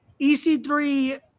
EC3